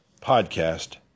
podcast